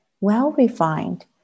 well-refined